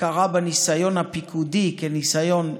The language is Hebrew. הכרה בניסיון הפיקודי כניסיון ניהולי,